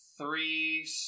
three